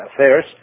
affairs